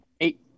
eight